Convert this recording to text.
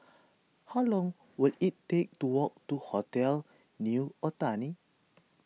how long will it take to walk to Hotel New Otani